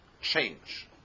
change